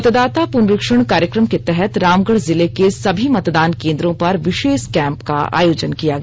मतदाता पुनरीक्षण कार्यक्रम के तहत रामगढ़ जिले के सभी मतदान केंद्रों पर विशेष कैंप का आयोजन किया गया